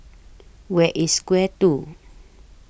Where IS Square two